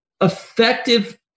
effective